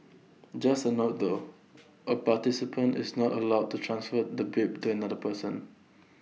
just A note though A participant is not allowed to transfer the bib to another person